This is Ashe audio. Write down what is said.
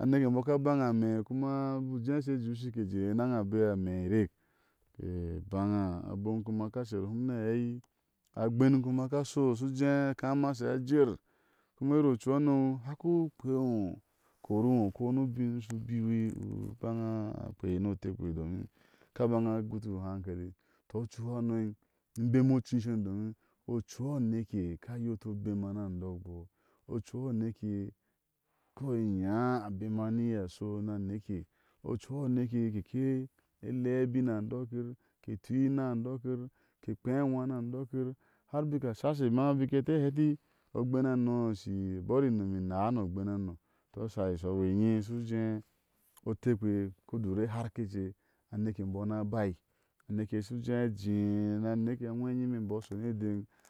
a neke mubɔɔ a ka baŋa amɛ kuma ubu je ke she jeiu ushi ke jé enaŋe a bera amɛ erek, ke baŋa. abom kuma aka sher hum ni aɛi agbén kuma aka shɔ u shiu jé aa kama shi aa jer, kuma. iri ocu hano, uhaku kpea o, haku kori iŋo ko ni ubin ushiu hubiwi uboŋa akpeai ni o tekpe ba. domin aka baŋa a guti hu uhankali. tɔ ocu-hano, e immbemɔ ocui cono i. domin ocu a anekre a ka. yoti obema ni andok bɔɔ, ocu a neke, koiny, abema ni iye ashɔ ni a neke. ocu aneke keke lea abin adokir keke tui ina adokir ke kpea anwa ni andokir. har bika a shashe bite ata heti ogbén hano, a bɔri ino inaa ogbén hano, tɔ a shai shɔ e enye, ushi u jé otekpe o shiu dur e harkice, aneke imbɔɔ ana baai, aneke, u shiu jé a jéé ni a aneke a nweyim e imbɔɔ a shɔde déŋ